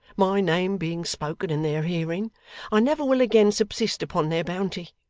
my name being spoken in their hearing i never will again subsist upon their bounty,